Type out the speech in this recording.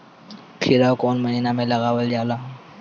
खीरा कौन महीना में लगावल जाला?